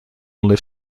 lift